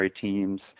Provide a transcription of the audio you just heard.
teams